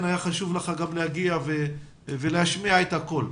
היה חשוב לך גם להגיע ולהשמיע את הקול.